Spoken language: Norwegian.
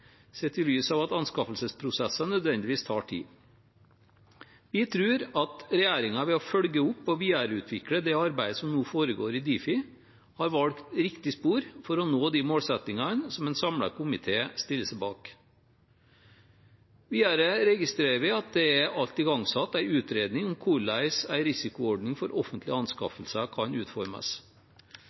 sett i lys av at anskaffelsesprosesser nødvendigvis tar tid. Jeg tror at regjeringen ved å følge opp og videreutvikle det arbeidet som nå foregår i Difi, har valgt riktig spor for å nå de målsettingene som en samlet komité stiller seg bak. Videre registrerer vi at det alt er igangsatt en utredning om hvordan en risikoordning for offentlige anskaffelser kan utformes.